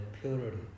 purity